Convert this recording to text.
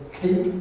keep